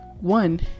one